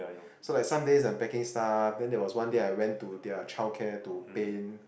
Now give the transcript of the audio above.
so like someday have packing stuff then there was one day I went to their childcare to paint